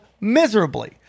miserably